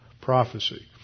prophecy